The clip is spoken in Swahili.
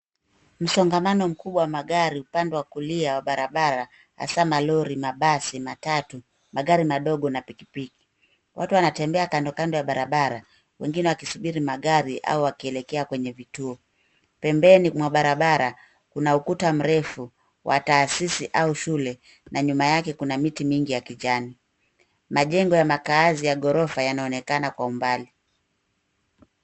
Msongamano mkubwa wa magari upande wa kulia wa barabara hasa malori, mabasi, matatu, magari madogo na pikipiki. Watu wanatembea kando kando ya barabara wengine wakisubiri magari au wakielekea kwenye vituo. Pembeni mwa barabara kuna ukuta mrefu wa taasisi au shule na nyuma yake kuna miti mingi ya kijani. Majengo ya makaazi ya ghorofa yanaonekana kwa umbali.